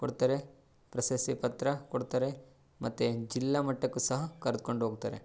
ಕೊಡ್ತಾರೆ ಪ್ರಶಸ್ತಿ ಪತ್ರ ಕೊಡ್ತಾರೆ ಮತ್ತು ಜಿಲ್ಲಾ ಮಟ್ಟಕ್ಕೂ ಸಹ ಕರದ್ಕೊಂಡು ಹೋಗ್ತಾರೆ